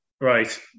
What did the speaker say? right